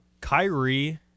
Kyrie